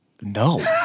No